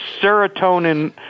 serotonin